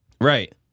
Right